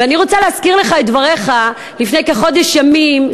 ואני רוצה להזכיר לך את דבריך לפני כחודש ימים,